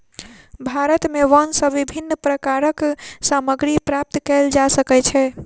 भारत में वन सॅ विभिन्न प्रकारक सामग्री प्राप्त कयल जा सकै छै